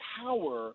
power